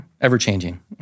ever-changing